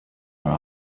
are